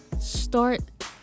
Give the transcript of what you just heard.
start